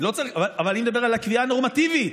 אבל אני מדבר על הקביעה הנורמטיבית.